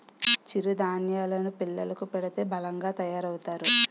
చిరు ధాన్యేలు ను పిల్లలకు పెడితే బలంగా తయారవుతారు